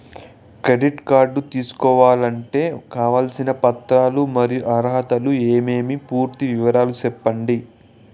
Credit card తీసుకోవాలంటే కావాల్సిన పత్రాలు మరియు అర్హతలు ఏమేమి పూర్తి వివరాలు సెప్పండి?